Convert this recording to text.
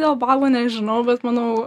dėl balo nežinau bet manau